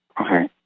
Okay